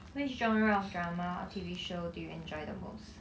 which genre of drama or T_V show do you enjoy the most